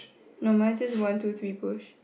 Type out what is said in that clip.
no my just one two three push